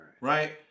Right